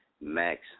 Max